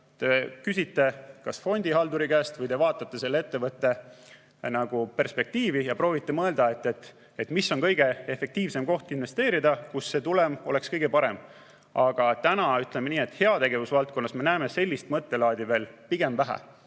küsite kas fondihalduri käest või vaatate ettevõtte perspektiivi ja proovite mõelda, mis on kõige efektiivsem koht investeerida ja kust tulem oleks kõige parem. Aga heategevusvaldkonnas me näeme sellist mõttelaadi veel pigem vähe.